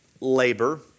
labor